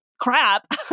crap